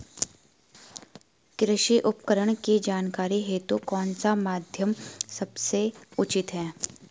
कृषि उपकरण की जानकारी हेतु कौन सा माध्यम सबसे उचित है?